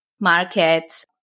market